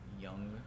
young